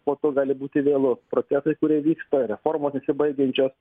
po to gali būti vėlu procesai kurie vyksta reformos nesibaigiančios